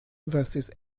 versus